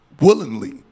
willingly